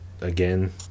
again